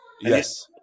Yes